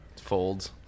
folds